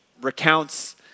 recounts